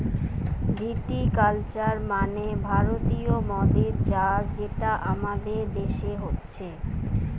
ভিটি culture মানে ভারতীয় মদের চাষ যেটা আমাদের দেশে হচ্ছে